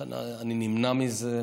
לכן אני נמנע מזה.